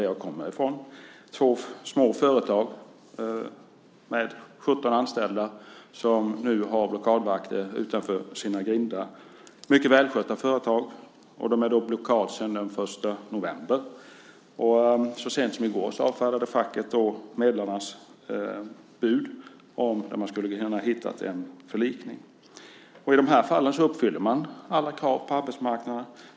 Det är små företag med 17 anställda som nu har blockadvakter utanför sina grindar. Det är mycket välskötta företag, som är i blockad sedan den 1 november. Så sent som i går avfärdade facket medlemmarnas bud, där man skulle ha kunnat hitta en förlikning. I de här fallen uppfyller man alla krav på arbetsmarknaden.